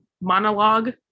monologue